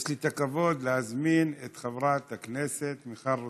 יש לי את הכבוד להזמין את חברת הכנסת מיכל רוזין,